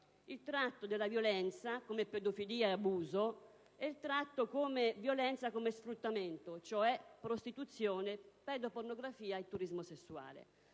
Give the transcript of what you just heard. il tratto della violenza come pedofilia e abuso e il tratto della violenza come sfruttamento, cioè prostituzione, pedopornografia e turismo sessuale.